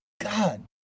God